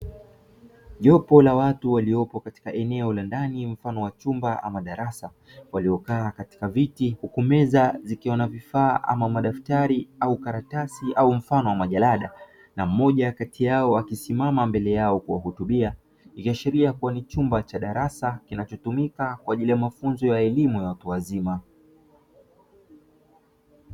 Jopo la watu waliopo katika eneo la ndani mfano wa chumba ama darasa waliokaa katika viti huku meza zikiwa na vifaa ama madaftari au karatasi au mfano wa majalada na mmoja kati yao akisimama mbele yao kuwahutubia, ikiashiria kuwa ni chumba cha darasa kinachotumika kwa ajili ya mafunzo ya elimu ya watu wazima.